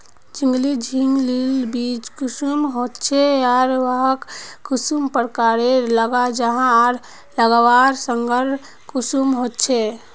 झिंगली झिंग लिर बीज कुंसम होचे आर वाहक कुंसम प्रकारेर लगा जाहा आर लगवार संगकर कुंसम होचे?